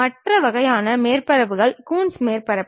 மற்ற வகையான மேற்பரப்புகள் கூன்ஸ் மேற்பரப்புகள்